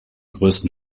größten